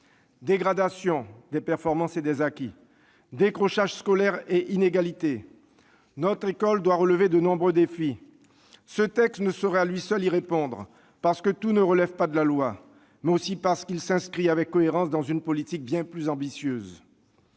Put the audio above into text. Dégradation des performances et des acquis, décrochage scolaire et inégalités : notre école doit relever de nombreux défis. Ce texte ne saurait, à lui seul, y répondre, parce que tout ne relève pas de la loi, mais aussi parce qu'il s'inscrit avec cohérence dans une politique bien plus ambitieuse.